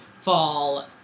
Fall